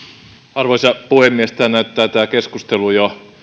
arvoisa puhemies tämä keskustelu näyttää jo